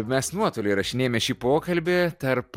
mes nuotoliu įrašinėjame šį pokalbį tarp